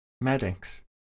medics